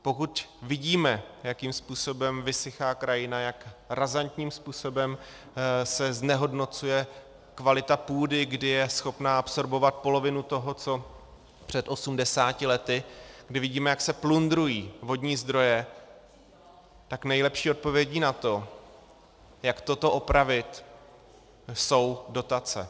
Pokud vidíme, jakým způsobem vysychá krajina, jak razantním způsobem se znehodnocuje kvalita půdy, kdy je schopná absorbovat polovinu toho, co před osmdesáti lety, kdy vidíme, jak se plundrují vodní zdroje, tak nejlepší odpovědí na to, jak toto opravit, jsou dotace.